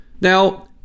now